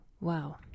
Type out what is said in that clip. Wow